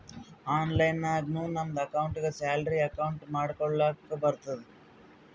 online ನಾಗು ನಮ್ದು ಅಕೌಂಟ್ಗ ಸ್ಯಾಲರಿ ಅಕೌಂಟ್ ಮಾಡ್ಕೊಳಕ್ ಬರ್ತುದ್